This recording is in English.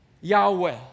Yahweh